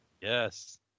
Yes